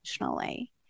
emotionally